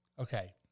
Okay